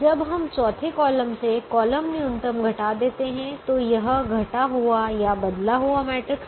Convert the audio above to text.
जब हम चौथे कॉलम से कॉलम न्यूनतम घटा देते हैं तो यह घटा या बदला हुआ मैट्रिक्स है